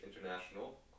international